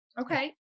Okay